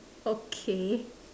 okay